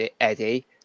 Eddie